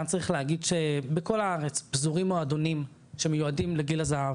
כאן צריך להגיד שבכל הארץ פזורים מועדונים שמיועדים לגיל הזהב,